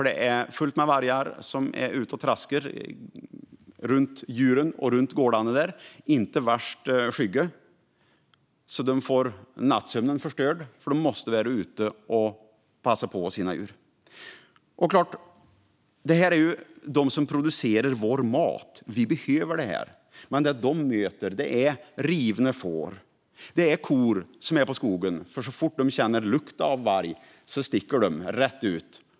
Det är fullt med vargar som är ute och traskar runt djuren och runt gårdarna där. Vargarna är inte värst skygga, så bönderna får nattsömnen förstörd eftersom de måste vara ute och passa sina djur. Det här är ju de som producerar vår mat. Vi behöver detta. Men det de möter är rivna får. Det är kor som är i skogen, för så fort korna känner lukt av varg sticker de rätt ut.